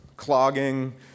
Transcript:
clogging